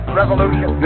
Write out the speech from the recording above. revolution